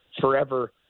forever